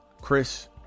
Chris